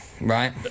right